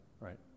right